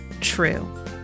true